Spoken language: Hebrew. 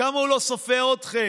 כמה הוא לא סופר אתכם.